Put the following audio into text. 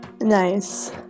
nice